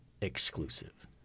exclusive